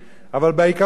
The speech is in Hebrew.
אדוני היושב-ראש,